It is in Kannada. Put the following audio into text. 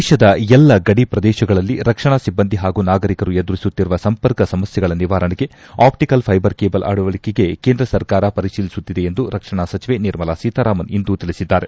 ದೇಶದ ಎಲ್ಲ ಗಡಿಪ್ರದೇಶಗಳಲ್ಲಿ ರಕ್ಷಣಾ ಸಿಭ್ಗಂದಿ ಹಾಗೂ ನಾಗರಿಕರು ಎದುರಿಸುತ್ತಿರುವ ಸಂಪರ್ಕ ಸಮಸ್ಗೆಗಳ ನಿವಾರಣೆಗೆ ಅಪ್ಸಿಕಲ್ ಫೈಬರ್ ಕೇಬಲ್ ಅಳವಡಿಕೆಗೆ ಕೇಂದ್ರ ಸರ್ಕಾರ ಪರಿತೀಲಿಸುತ್ತಿದೆ ಎಂದು ರಕ್ಷಣಾ ಸಚಿವೆ ನಿರ್ಮಲಾ ಸೀತಾರಾಮನ್ ಇಂದು ತಿಳಿಸಿದ್ದಾರೆ